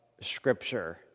Scripture